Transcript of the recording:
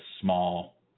small